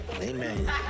amen